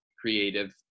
creative